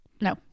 No